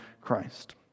Christ